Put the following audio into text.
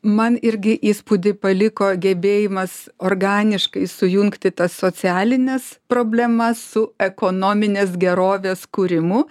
man irgi įspūdį paliko gebėjimas organiškai sujungti tas socialines problemas su ekonominės gerovės kūrimu